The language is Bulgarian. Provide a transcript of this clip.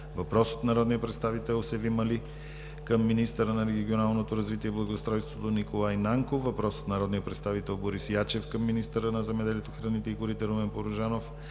въпрос от народния представител Севим Али към министъра на регионалното развитие и благоустройството Николай Нанков; - въпрос от народния представител Борис Ячев към министъра на земеделието, храните и горите Румен Порожанов.